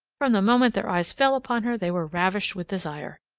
from the moment their eyes fell upon her they were ravished with desire.